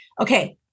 Okay